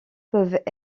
peuvent